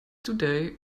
today